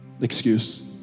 excuse